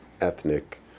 ethnic